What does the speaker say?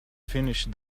finished